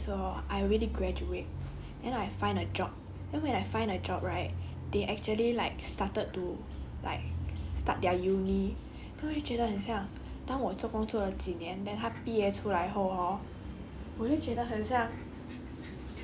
then 他当兵出来的时候 hor I already graduate then I find a job then when I find a job right they actually like started to like start their uni 会觉得很像但我做工作做了几年 then 他毕业出来后 hor 我就觉得很像